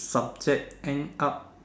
subject end up